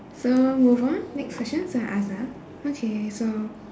so move on next question so I ask ah okay so